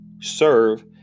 serve